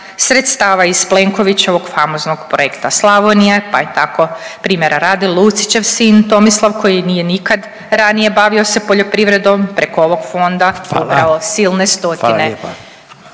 sredstava iz Plenkovićevog projekta Slavonija, pa je tako, primjera radi, Lucićev sin Tomislav koji nije nikad ranije bavio se poljoprivredom, preko ovog fonda .../Upadica: Hvala.